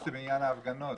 לעניין ההפגנות.